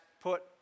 put